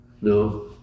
No